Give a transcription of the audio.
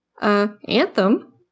Anthem